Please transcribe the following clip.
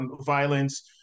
violence